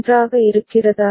நன்றாக இருக்கிறதா